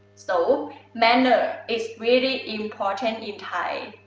so manner is really important in thai.